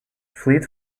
fleet